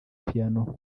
piano